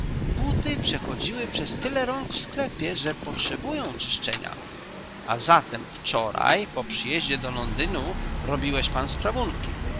buty przechodziły przez tyle rąk w sklepie że potrzebują czyszczenia a zatem wczoraj po przyjeździe do londynu robiłeś pan